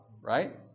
right